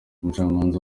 umucamanza